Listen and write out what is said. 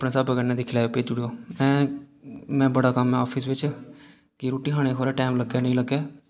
अपने स्हाबै कन्नै दिक्खी लैएओ भेजी ओड़ेओ मैं बड़ा कम्म ऐ आफिस बिच्च कि रुट्टी खाने गी खबरै टाइम लग्गै नी लग्गै